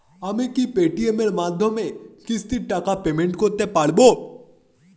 আমি কি Paytm এর মাধ্যমে কিস্তির টাকা পেমেন্ট করতে পারব?